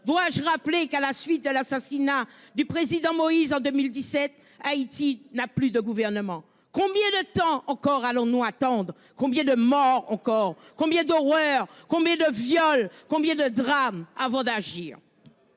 Dois-je rappeler qu'à la suite de l'assassinat du président Moïse en 2017, Haïti n'a plus de gouvernement. Combien de temps encore. Allons nous attendent. Combien de morts encore combien d'horreur qu'on met le viol. Combien de drames avant d'agir.